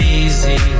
easy